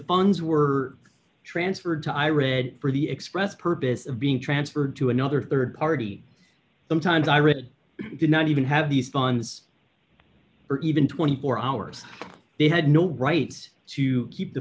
funds were transferred to i read for the express purpose of being transferred to another rd party sometimes i read did not even have the funds for even twenty four hours they had no rights to keep the